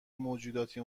موجوداتی